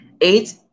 eight